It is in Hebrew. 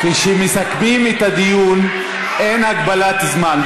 כשמסכמים את הדיון, אין הגבלת זמן.